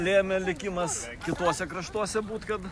lėmė likimas kituose kraštuose būt kad